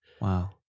Wow